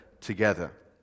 together